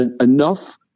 Enough